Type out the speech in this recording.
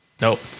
Nope